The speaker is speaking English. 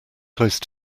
close